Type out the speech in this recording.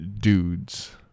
dudes